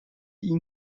این